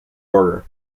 border